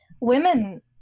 Women